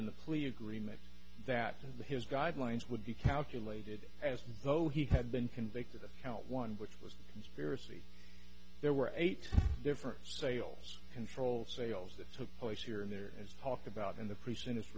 in the plea agreement that the his guidelines would be calculated as though he had been convicted of count one which was conspiracy there were eight different sales controlled sales that took place here and there is talk about in the pre